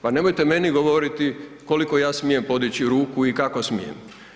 Pa nemojte meni govoriti koliko ja smijem podići ruku i kako smijem.